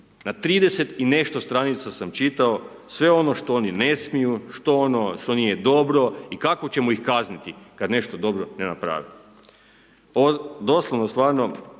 Na 30 i nešto stranica sam čitao sve ono što oni ne smiju, što nije dobro i kako ćemo ih kazniti kad nešto dobro ne naprave.